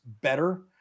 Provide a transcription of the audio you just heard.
better